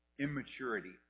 immaturity